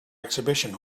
exhibition